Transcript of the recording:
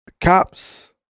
Cops